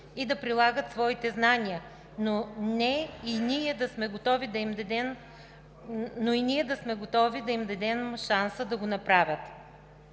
и да прилагат своите знания, но и ние да сме готови да им дадем шанса да го правят.